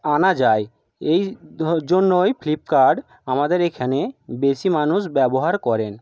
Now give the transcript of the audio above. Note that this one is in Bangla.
আনা যায় এই জন্যই ফ্লিপকার্ট আমাদের এখানে বেশি মানুষ ব্যবহার করেন